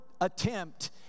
attempt